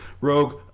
Rogue